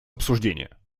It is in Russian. обсуждения